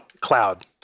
cloud